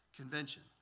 Convention